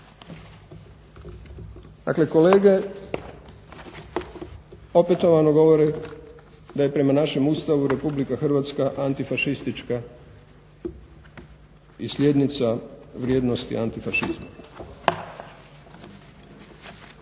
Dakle, kolege opetovano govore da je prema našem Ustavu RH antifašistička i slijednica vrijednosti antifašizma.